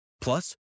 Plus